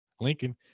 lincoln